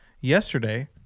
yesterday